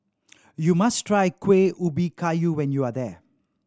you must try Kueh Ubi Kayu when you are there